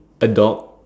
a dog